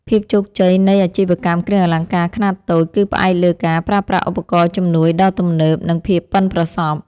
ភាពជោគជ័យនៃអាជីវកម្មគ្រឿងអលង្ការខ្នាតតូច គឺផ្អែកលើការប្រើប្រាស់ឧបករណ៍ជំនួយដ៏ទំនើប និង ភាពប៉ិនប្រសប់។